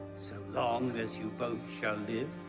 so long as you both shall live?